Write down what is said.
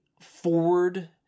forward